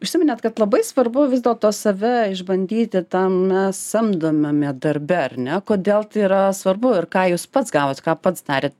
užsiminėt kad labai svarbu vis dėl to save išbandyti tame mes samdomame darbe ar ne kodėl tai yra svarbu ir ką jūs pats gavot ką pats darė